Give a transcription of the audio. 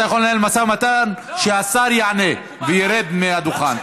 אתה יכול לנהל משא ומתן כשהשר יענה והוא ירד מהדוכן.